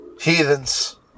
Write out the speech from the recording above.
heathens